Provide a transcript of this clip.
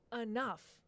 enough